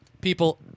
people